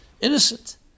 innocent